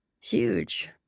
huge